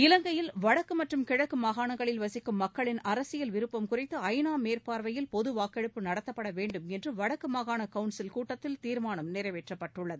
இலங்கையில் வடக்கு மற்றும் கிழக்கு மாகாணங்களில் வசிக்கும் மக்களின் அரசியல் விருப்பம் குறித்து ஐ நா மேற்பார்வையில் பொது வாக்கெடுப்பு நடத்தப்பட வேண்டும் என்று வடக்கு மாகாண கவுன்சில் கூட்டத்தில் தீர்மானம் நிறைவேற்றப்பட்டுள்ளது